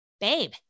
babe